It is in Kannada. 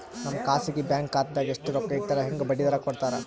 ನಮ್ಮ ಖಾಸಗಿ ಬ್ಯಾಂಕ್ ಖಾತಾದಾಗ ಎಷ್ಟ ರೊಕ್ಕ ಇಟ್ಟರ ಹೆಂಗ ಬಡ್ಡಿ ದರ ಕೂಡತಾರಿ?